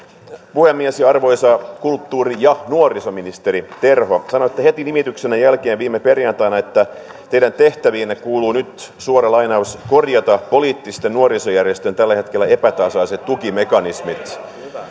puhemies arvoisa kulttuuri ja nuorisoministeri terho sanoitte heti nimityksenne jälkeen viime perjantaina että teidän tehtäviinne kuuluu nyt korjata poliittisten nuorisojärjestöjen tällä hetkellä epätasaiset tukimekanismit